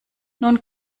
nun